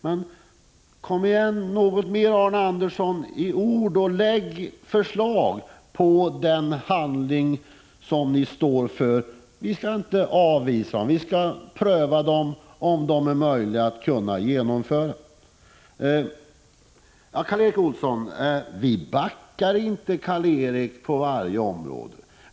Men kom igen, Arne Andersson, och lägg fram förslag till det handlande ni vill stå för. Vi skall inte avvisa förslagen utan pröva om de är möjliga att genomföra. Karl Erik Olsson, vi backar inte på varje område.